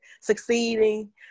succeeding